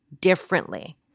differently